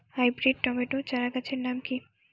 Hybrid tomato চারাগাছের নাম কি?